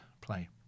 play